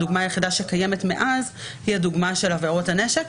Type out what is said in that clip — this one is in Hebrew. הדוגמה היחידה שקיימת מאז היא הדוגמה של עבירות הנשק.